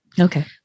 Okay